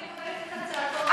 לא, אני מקבלת את הצעתו של,